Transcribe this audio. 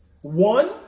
One